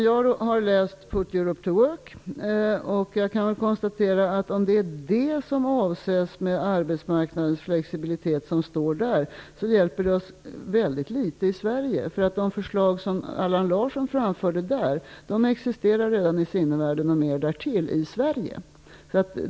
Jag har läst Put Europe to Work, och jag kan konstatera att om det med arbetsmarknadens flexibilitet avses det som står där, hjälper det oss väldigt litet i Sverige. Det som Allan Larsson föreslog i boken existerar redan i sinnevärlden och mer därtill i Sverige.